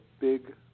big